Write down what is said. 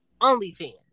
OnlyFans